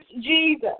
Jesus